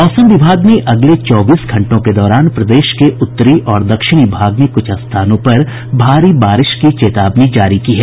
मौसम विभाग ने अगले चौबीस घंटों के दौरान प्रदेश के उत्तरी और दक्षिणी भाग के कुछ स्थानों पर भारी बारिश की चेतावनी जारी की है